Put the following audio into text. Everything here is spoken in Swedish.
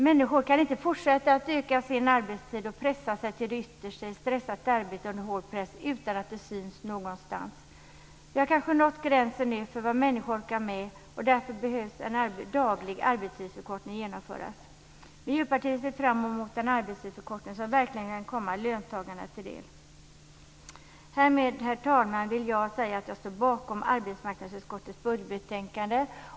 Människor kan inte fortsätta att öka sin arbetstid och pressa sig till det yttersta i ett stressat arbete under hård press utan att det syns någonstans. Vi har nu kanske nått gränsen för vad människor orkar med och därför behöver en daglig arbetstidsförkortning genomföras. Vi i Miljöpartiet ser fram emot en arbetstidsförkortning som verkligen kan komma löntagarna till del. Härmed, herr talman, vill jag säga att jag står bakom arbetsmarknadsutskottets budgetbetänkande.